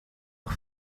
nog